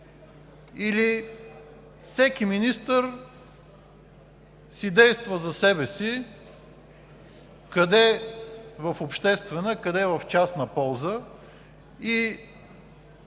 или всеки министър си действа за себе си – къде в обществена, къде в частна полза?